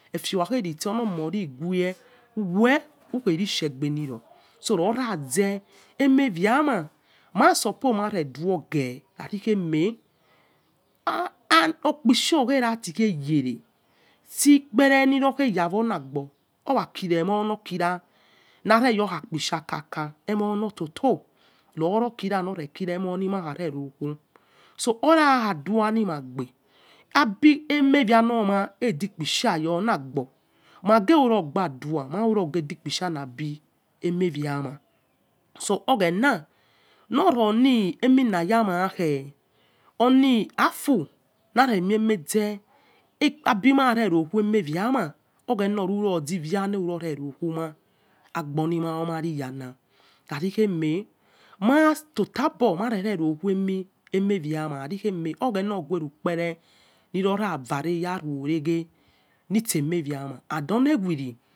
Efe khagheeise olomo righue we ughie oi shegbe liro, so loaize ehieyama mai suppiot mon rechinogeh. Khari kheune okpishai khemati-ghe yere olagbo owa kici emo nokira haihe yoikha kpisha kakah yemonototo inoro kira lokhau. Soom khaduah magbe abi ele yaloma lechi kpi shai olagbo mageiko hiayohia limagbodi kpi shav le eme yaura. so ogh-ena no re milaya ma khe afu lere miaze a big mairero khue enieyama omahiyala. khaci kheme maitota rere khueone yalo nah ofhena oighuere ghue mere loya vare rueghe insemie ya ma. omd olighewe.